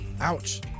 Ouch